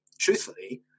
truthfully